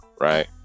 right